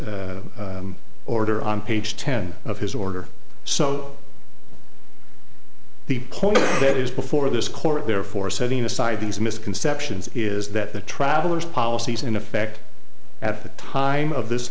dallas order on page ten of his order so the point that is before this court therefore setting aside these misconceptions is that the traveller's policies in effect at the time of this